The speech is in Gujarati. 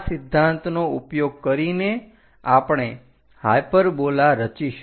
આ સિદ્ધાંતનો ઉપયોગ કરીને આપણે હાઈપરબોલા રચીશું